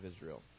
Israel